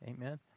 Amen